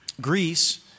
Greece